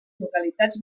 localitats